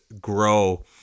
grow